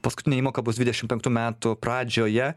paskutinė įmoka bus dvidešimt penktų metų pradžioje